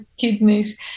kidneys